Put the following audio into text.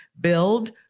Build